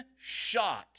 shot